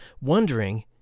wondering